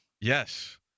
yes